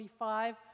25